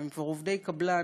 והם כבר עובדי קבלן,